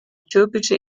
türkische